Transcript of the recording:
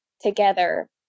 together